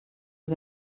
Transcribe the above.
met